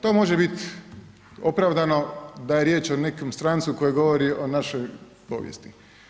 To može biti opravdano da je riječ o nekom strancu koji govori o našoj povijesti.